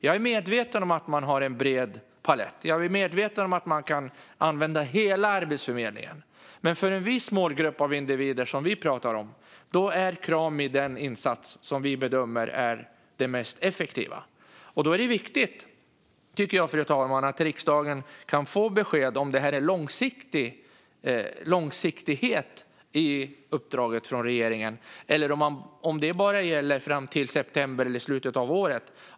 Jag är medveten om att man har en bred palett och att man kan använda hela Arbetsförmedlingen, men för den grupp av individer vi pratar om är Krami det mest effektiva. Fru talman! Det är viktigt att riksdagen får besked om uppdraget är långsiktigt eller om det här bara gäller till september eller slutet av året.